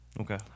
Okay